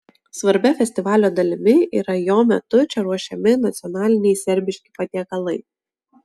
svarbia festivalio dalimi yra jo metu čia ruošiami nacionaliniai serbiški patiekalai